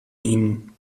ihnen